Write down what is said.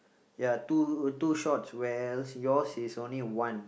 ya two two shorts where else yours is only one